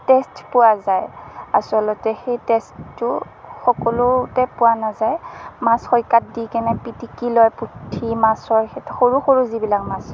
test পোৱা যায় আচলতে সেই টেষ্টটো সকলোতে পোৱা নাযায় মাছ খৰিকাত দি কেনে পিটিকি লৈ পুঠি মাছৰ সৰু সৰু যিবিলাক মাছ হয়